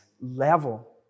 level